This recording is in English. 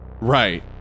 Right